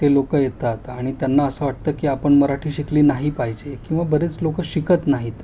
ते लोकं येतात आणि त्यांना असं वाटतं की आपण मराठी शिकली नाही पाहिजे किंवा बरेच लोकं शिकत नाहीत